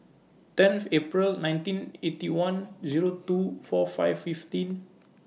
tenth April nineteen Eighty One Zero two four five fifteen